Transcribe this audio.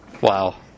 wow